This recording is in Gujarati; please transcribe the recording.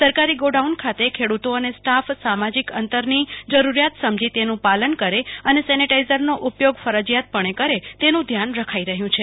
સરકારી ગોડાઉન ખાતે ખેડૂતો અને સ્ટાફ સામાજિક અંતર ની જરૂરિયાત સમજી તેનુ પાલન કરે અને સેનેટાઈઝર નો ઉપયોગ ફરજિયાત કરે તેનુ ધ્યાન રખાઈ રહ્યું છે